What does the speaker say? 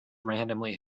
randomly